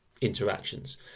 interactions